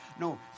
No